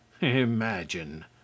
Imagine